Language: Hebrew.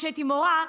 כשהייתי מורה,